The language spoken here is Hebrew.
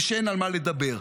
ושאין על מה לדבר.